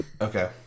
Okay